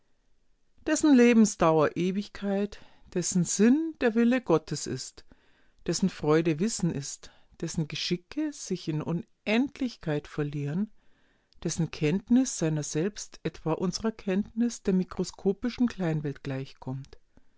dessen lebensdauer ewigkeit dessen sinn der wille gottes ist dessen freude wissen ist dessen geschicke sich in unendlichkeit verlieren dessen kenntnis seiner selbst etwa unsrer kenntnis der mikroskopischen kleinwelt gleichkommt